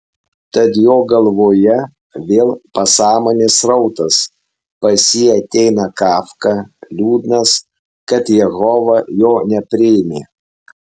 tad jo galvoje vėl pasąmonės srautas pas jį ateina kafka liūdnas kad jehova jo nepriėmė